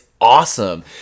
awesome